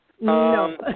No